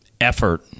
effort